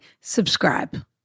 Subscribe